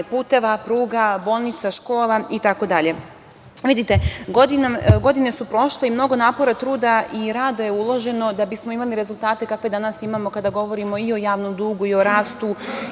puteva, pruga, bolnica, škola itd. Vidite, godine su prošle i mnogo napora, truda i rada je uloženo da bismo imali rezultate kakve danas imamo kada govorimo i o javnom dugu i o rastu